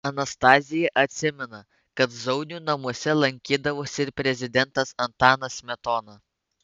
anastazija atsimena kad zaunių namuose lankydavosi ir prezidentas antanas smetona